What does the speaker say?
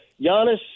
Giannis